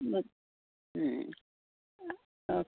ब ओके